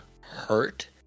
hurt